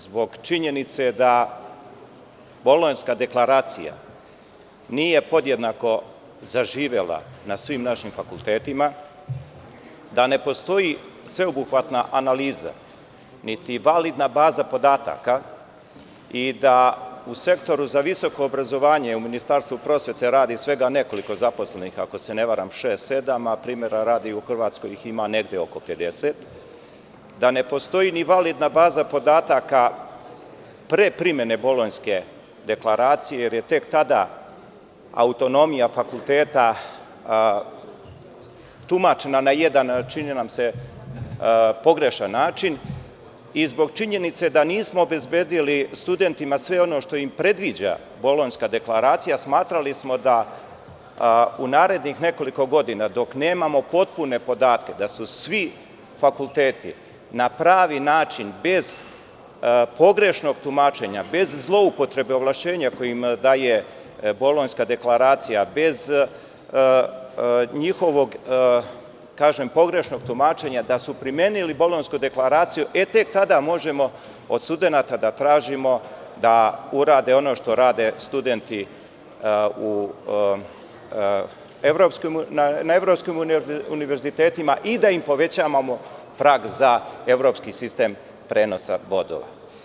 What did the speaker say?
Zbog činjenice da Bolonjska deklaracija nije podjednako zaživela na svim našim fakultetima, da ne postoji sveobuhvatna analiza niti validna baza podataka i da u sektoru za visoko obrazovanje u Ministarstvu prosvete radi svega nekoliko zaposlenih, ako se ne varam šest, sedam, a primera radi u Hrvatskoj ih ima negde oko 50, da ne postoji ni validna baza podataka pre primene Bolonjske deklaracije, jer je tada autonomija fakulteta tumačena na jedan pogrešan način i zbog činjenice da nismo obezbedili studentima sve ono što im predviđa Bolonjska deklaracija, smatrali smo da u narednih nekolik godina dok nemamo potpune podatke da su svi fakulteti na pravi način bez pogrešnog tumačenja, bez zloupotrebe ovlašćenja koje im daje Bolonjska deklaracije, bez njihovog pogrešnog tumačenja, da su primenili Bolonjku deklaraciju, tek tada možemo od studenata da tražimo da urade ono što rade studenti na evropskim univerzitetima i da im povećavamo prag za evropski sistem prenosa bodova.